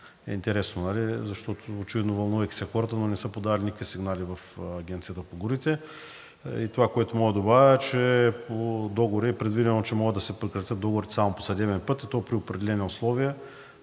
е интересно, защото очевидно вълнува хората, но не са подали никакви сигнали в Агенцията по горите. И това, което мога да добавя, е, че по договора е предвидено, че могат да се прекратят договорите само по съдебен път, и то при определени условия,